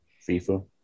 FIFA